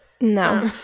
No